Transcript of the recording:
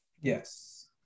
Yes